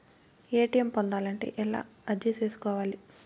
ATM పొందాలంటే ఎలా అర్జీ సేసుకోవాలి?